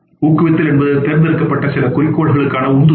ஊக்குவித்தல் என்பது தேர்ந்தெடுக்கப்பட்ட சில குறிக்கோள்களுக்கான உந்துதல்